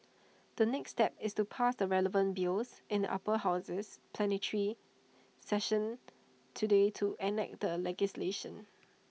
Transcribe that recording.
the next step is to pass the relevant bills in the upper houses plenary session today to enact the legislation